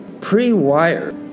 pre-wired